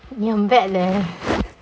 你很 bad leh